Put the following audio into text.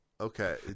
okay